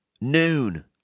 noon